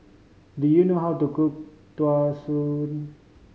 do you know how to cook Tau Suan